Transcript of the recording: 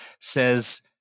says